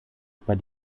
über